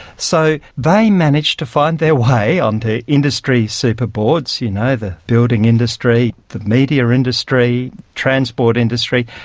so they managed to find their way onto industry super boards, you know, the building industry, the media industry, transport industry,